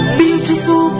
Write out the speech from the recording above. beautiful